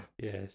Yes